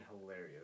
hilarious